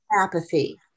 apathy